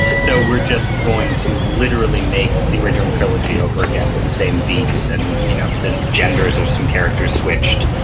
so we're just going to literally make the original trilogy over again with the same beats and you know the genders of some characters switched,